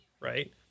right